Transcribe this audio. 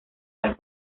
las